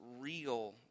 real